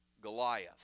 Goliath